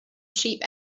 cheap